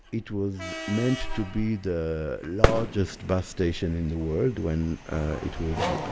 it was meant to be the largest bus station in the world when it was